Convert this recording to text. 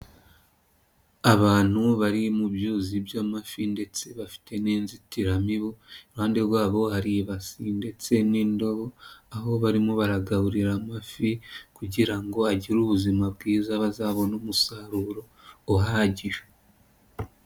Abantu bari mu byuzi by'amafi ndetse bafite n'inzitiramibu, iruhande rwabo hari ibasi ndetse n'indobo, aho barimo baragaburira amafi kugira ngo agire ubuzima bwiza bazabone umusaruro uhagije.